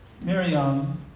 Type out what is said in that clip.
Miriam